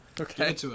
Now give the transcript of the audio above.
Okay